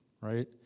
right